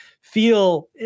feel